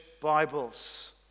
Bibles